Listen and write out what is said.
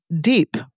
deep